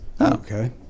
Okay